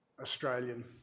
Australian